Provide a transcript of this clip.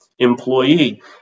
employee